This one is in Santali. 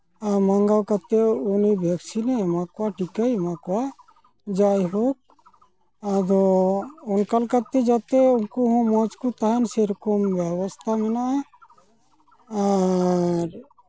ᱢᱟᱜᱟᱣ ᱠᱟᱛᱮᱫ ᱩᱱᱤ ᱵᱷᱮᱠᱥᱤᱱᱮ ᱮᱢᱟ ᱠᱚᱣᱟ ᱴᱤᱠᱟᱹᱭ ᱮᱢᱟ ᱠᱚᱣᱟ ᱡᱟᱭᱦᱳᱠ ᱚᱱᱠᱟᱱ ᱠᱟᱛᱮᱫ ᱩᱱᱠᱩ ᱦᱚᱸ ᱡᱟᱛᱮ ᱢᱚᱡᱽ ᱠᱚ ᱛᱟᱦᱮᱱ ᱥᱮᱨᱚᱠᱚᱢ ᱵᱮᱵᱚᱥᱛᱟ ᱢᱮᱱᱟᱜᱼᱟ ᱟᱨ